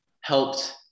helped